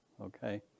Okay